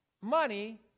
money